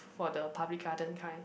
for the public garden kind